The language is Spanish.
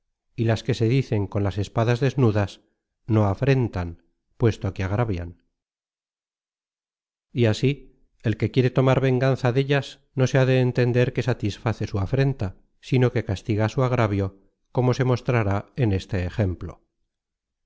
y las que se dicen con las espadas desnudas no afrentan puesto que agravian y así el que quiere tomar venganza dellas no se ha de entender que satisface su afrenta sino que castiga su agravio como se mostrará en este ejemplo